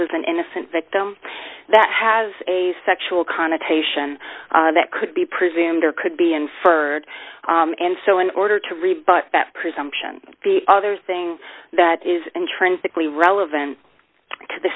was an innocent victim that has a sexual connotation that could be presumed or could be inferred and so in order to rebut that presumption the other thing that is intrinsically relevant to the